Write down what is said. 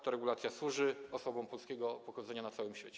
Ta regulacja służy osobom polskiego pochodzenia na całym świecie.